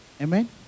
Amen